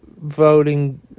voting